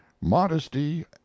Modesty